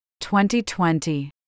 2020